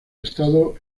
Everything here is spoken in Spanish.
estado